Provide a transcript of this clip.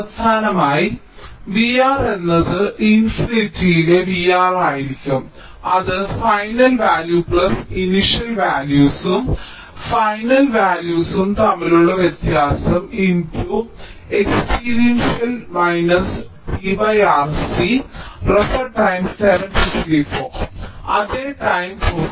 അവസാനമായി V R എന്നത് ഇൻഫിനിറ്റിയിലെ V R ആയിരിക്കും അത് ഫൈനൽ വാല്യൂ ഇനിഷ്യൽ വാല്യൂസ്ഉം ഫൈനൽ വാല്യൂസ്ഉം തമ്മിലുള്ള വ്യത്യാസം × എക്സ്പീരിയൻഷ്യൽ t R C അതേ ടൈം പ്രോസസ്സർ